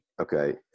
Okay